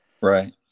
Right